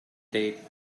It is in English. date